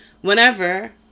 whenever